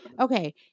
Okay